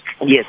yes